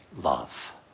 love